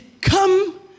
come